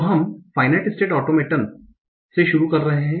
तो हम finite state automaton से शुरू कर रहे हैं